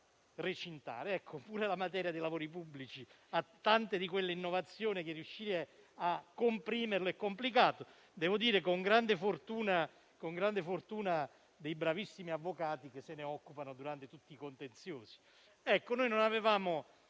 Anche la materia dei lavori pubblici ha tante di quelle innovazioni che riuscire a comprimerla è complicato, devo dire con grande fortuna dei bravissimi avvocati che se ne occupano durante tutti i contenziosi.